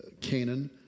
Canaan